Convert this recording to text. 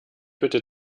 bitte